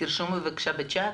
תרשמו בבקשה בצ'ט.